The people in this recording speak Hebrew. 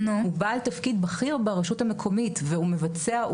הוא בעל תפקיד בכי ברשות המקומית והוא מבצע,